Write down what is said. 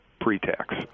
pre-tax